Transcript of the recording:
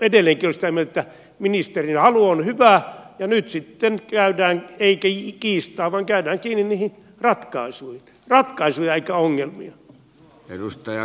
edelleenkin olen sitä mieltä että ministerin halu on hyvä ja nyt sitten käydään ei kiistaa vaan käydään kiinni niihin ratkaisuihin ratkaisuja eikä ongelmia